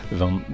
van